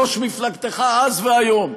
ראש מפלגתך אז והיום.